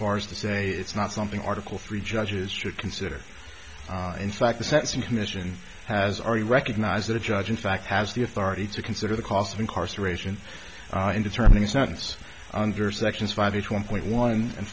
far as to say it's not something article three judges should consider in fact the sentencing commission has already recognized that a judge in fact has the authority to consider the cost of incarceration and determine the sentence under sections five each one point one